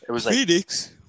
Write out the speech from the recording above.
Phoenix